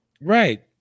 right